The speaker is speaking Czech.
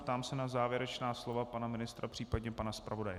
Ptám se na závěrečná slova pana ministra, případně pana zpravodaje.